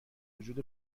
وجود